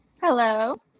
Hello